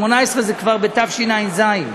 18' זה כבר בתשע"ז.